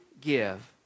give